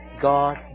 God